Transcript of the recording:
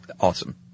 awesome